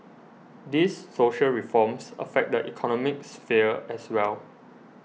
these social reforms affect the economic sphere as well